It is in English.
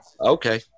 Okay